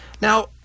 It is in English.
Now